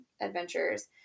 adventures